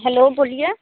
hello बोलिए